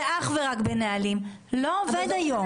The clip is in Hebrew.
אך ורק בנהלים, לא עובד היום.